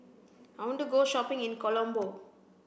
I want to go shopping in Colombo